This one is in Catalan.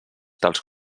dels